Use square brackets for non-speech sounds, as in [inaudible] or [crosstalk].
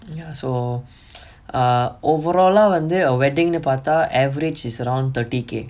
ya so [noise] err overall lah வந்து:vanthu wedding ன்னு பாத்தா:nu paathaa average is around thirty K